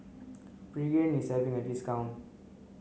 pregain is having a discount